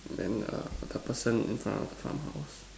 then err the person in front of the farm house